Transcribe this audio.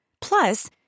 Plus